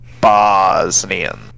Bosnian